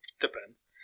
Depends